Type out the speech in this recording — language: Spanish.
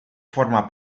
forma